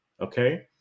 okay